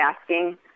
asking